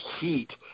heat